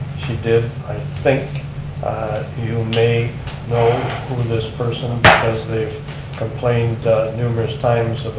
she did. i think you may know who this person, as they've complained numerous times